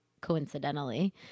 coincidentally